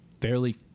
fairly